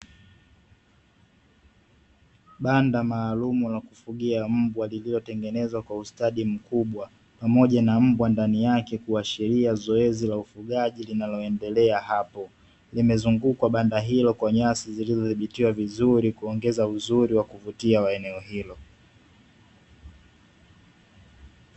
Banda maalumu la ufugaji wa mbwa liliotengenezwa kwa ustadi mkubwa pamoja na mbwa ndani yake kuwa sheria zoezi la ufugaji linaloendelea hapo nimezungukwa banda hilo kwa nyasi zilizodhibitiwa vizuri kuongeza uzuri wa kuvutia wa eneo hilo